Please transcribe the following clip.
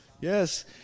Yes